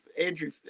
Andrew